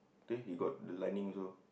then he got the lightning also